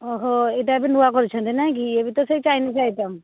ଓହୋ ଏଇଟା ଏବେ ନୂଆ ଖୋଲିଛନ୍ତି ନାଇ କି ଇଏ ବି ତ ସେଇ ଚାଇନିଜ୍ ଆଇଟମ୍